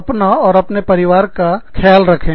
अपनी और अपने परिवार की ख्याल रखें